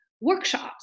workshops